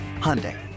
Hyundai